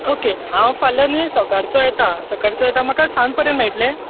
okay हांव फाल्यां न्ही सकाळचो येतां सकाळचो येतां म्हाका सांज पर्यंत मेळटलें